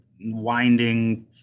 winding